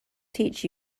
teach